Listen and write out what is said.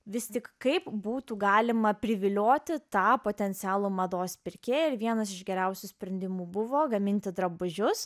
vis tik kaip būtų galima privilioti tą potencialų mados pirkėją ir vienas iš geriausių sprendimų buvo gaminti drabužius